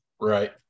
right